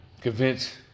convince